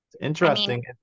interesting